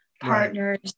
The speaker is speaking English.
partners